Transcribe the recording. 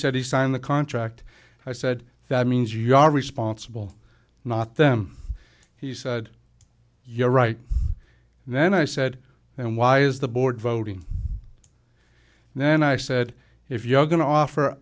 said he signed the contract i said that means you are responsible not them he said you're right and then i said and why is the board voting and then i said if you are going to offer